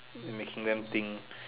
making them think